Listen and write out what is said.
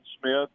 smith